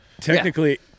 Technically